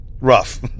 rough